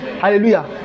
Hallelujah